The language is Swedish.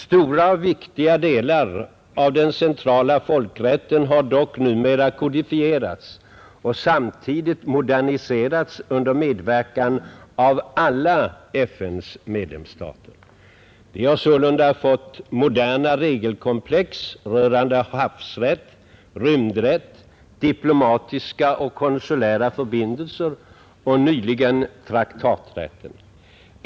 Stora och viktiga delar av den centrala folkrätten har dock numera kodifierats och samtidigt moderniserats under medverkan av alla FN:s medlemsstater. Vi har sålunda fått moderna regelkomplex rörande havsrätt, rymdrätt, diplomatiska och konsulära förbindelser och — nyligen — traktaträtten.